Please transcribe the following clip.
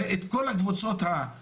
הרי את כל הקבוצות עם